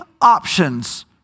options